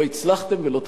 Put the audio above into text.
לא הצלחתם ולא תצליחו.